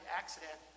accident